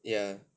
ya